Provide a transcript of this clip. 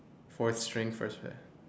fourth string first